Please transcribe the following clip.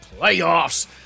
playoffs